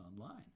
online